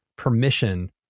permission